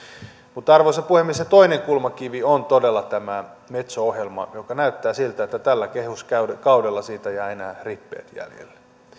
mutta arvoisa puhemies se toinen kulmakivi on todella tämä metso ohjelma ja näyttää siltä että tällä kehyskaudella siitä jää enää rippeet jäljelle